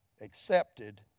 accepted